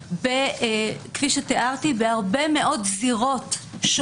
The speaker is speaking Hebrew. התופעה בהרבה מאוד זירות.